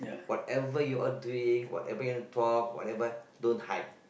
whatever you all drink whatever you want to talk whatever don't hide